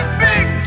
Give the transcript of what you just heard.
big